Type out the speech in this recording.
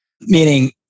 Meaning